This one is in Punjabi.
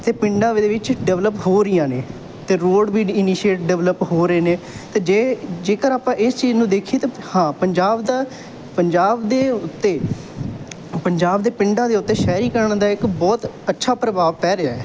ਅਤੇ ਪਿੰਡਾਂ ਦੇ ਵਿੱਚ ਡਿਵਲਪ ਹੋ ਰਹੀਆਂ ਨੇ ਅਤੇ ਰੋਡ ਵੀ ਇਨੀਸ਼ੀਏਟ ਡਿਵਲਪ ਹੋ ਰਹੇ ਨੇ ਅਤੇ ਜੇ ਜੇਕਰ ਆਪਾਂ ਇਸ ਚੀਜ਼ ਨੂੰ ਦੇਖੀਏ ਤਾਂ ਹਾਂ ਪੰਜਾਬ ਦਾ ਪੰਜਾਬ ਦੇ ਉੱਤੇ ਪੰਜਾਬ ਦੇ ਪਿੰਡਾਂ ਦੇ ਉੱਤੇ ਸ਼ਹਿਰੀਕਰਨ ਦਾ ਇੱਕ ਬਹੁਤ ਅੱਛਾ ਪ੍ਰਭਾਵ ਪੈ ਰਿਹਾ ਹੈ